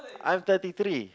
I'm thirty three